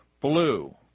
blue